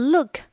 Look